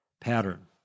pattern